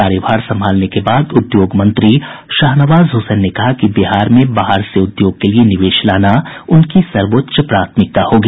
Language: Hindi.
कार्यभार संभालने के बाद उद्योग मंत्री शाहनवाज हसैन ने कहा कि बिहार में बाहर से उद्योग के लिए निवेश लाना उनकी सर्वोच्च प्राथमिकता होगी